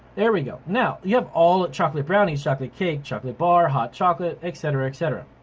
there we go. now, you have all chocolate brownies, chocolate cakes, chocolate bar, hot chocolate, et cetera, et cetera.